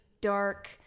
dark